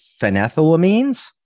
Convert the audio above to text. phenethylamines